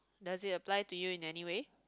does it apply to you in any way